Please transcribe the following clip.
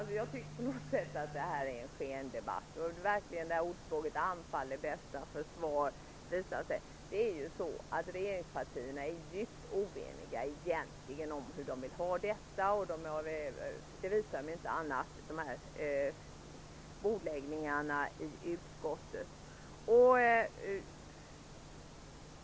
Herr talman! Jag tycker att detta på något sätt är en skendebatt. Anfall är bästa försvar, lyder ordspråket. Regeringspartierna är egentligen djupt oeniga om hur de vill ha detta. Det visar om inte annat bordläggningarna i utskottet.